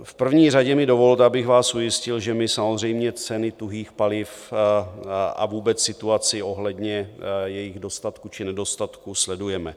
V první řadě mi dovolte, abych vás ujistil, že my samozřejmě ceny tuhých paliv a vůbec situaci ohledně jejich dostatku či nedostatku sledujeme.